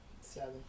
Seven